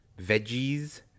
veggies